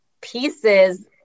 pieces